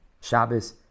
Shabbos